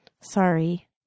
sorry